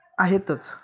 आहेतच